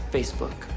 Facebook